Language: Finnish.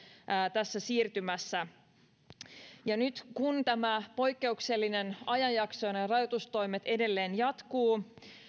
tässä siirtymässä nyt kun tämä poikkeuksellinen ajanjakso ja nämä rajoitustoimet edelleen jatkuvat